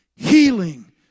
Healing